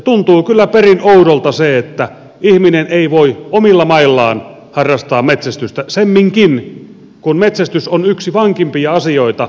tuntuu kyllä perin oudolta se että ihminen ei voi omilla maillaan harrastaa metsästystä semminkin kun metsästys on yksi vankimpia asioita